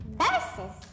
versus